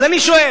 אז אני שואל,